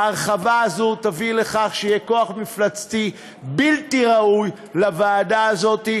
ההרחבה הזאת תביא לכך שיהיה כוח מפלצתי בלתי ראוי לוועדה הזאת,